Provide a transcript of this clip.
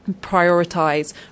prioritise